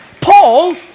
Paul